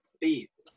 Please